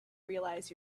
realize